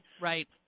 Right